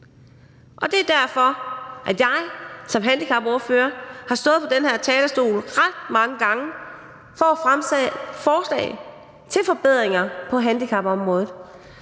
Det er derfor, at jeg som handicapordfører har stået på den her talerstol ret mange gange for at fremsætte forslag til forbedringer på handicapområdet